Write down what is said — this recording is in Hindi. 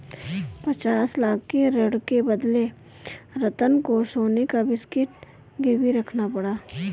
पचास लाख के ऋण के बदले रतन को सोने का बिस्कुट गिरवी रखना पड़ा